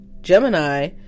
Gemini